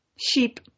Sheep